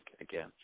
again